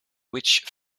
which